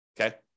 okay